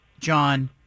John